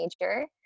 major